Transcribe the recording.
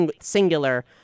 singular